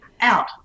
out